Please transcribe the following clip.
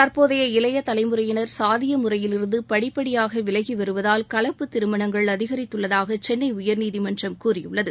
தற்போதைய இளைய தலைமுறையினர் சாதிய முறையிலிருந்து படிப்படியாக விலகி வருவதால் கலப்பு திருமணங்கள் அதிகரித்துள்ளதாக சென்னை உயர்நீதிமன்றம் கூறியுள்ளது